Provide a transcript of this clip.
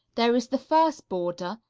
there is the first border,